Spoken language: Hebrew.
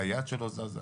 היד שלו זזה.